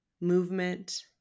movement